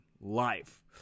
life